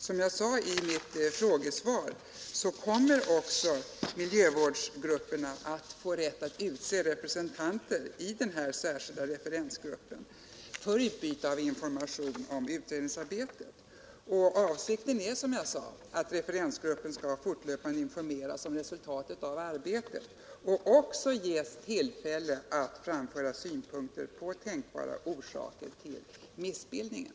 Som jag sade i mitt frågesvar kommer också miljövårdsgrupperna att få rätt att utse representanter i den här särskilda referensgruppen för utbyte av information om utredningsarbetet. Avsikten är, som sagt, att referensgruppen fortlöpande skall informeras om resultatet av arbetet och också ges tillfälle att framföra synpunkter på tänkbara orsaker till missbildningen.